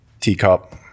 teacup